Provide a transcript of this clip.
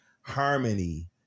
harmony